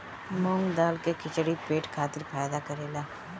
मूंग दाल के खिचड़ी पेट खातिर फायदा करेला